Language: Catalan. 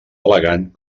elegant